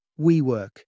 WeWork